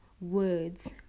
words